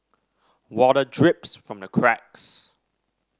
water drips from the cracks